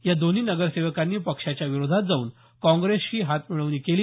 या दोन्ही नगरसेवकांनी पक्षाच्या विरोधात जाऊन काँग्रेसशी हात मिळवणी केली